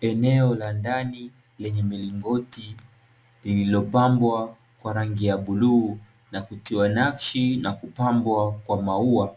Eneo la ndani lenye milingoti lililopambwa kwa rangi ya bluu, na kitiwa nakshi na kupambwa kwa maua,